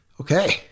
Okay